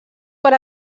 per